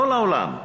לא לעולם.